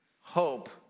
hope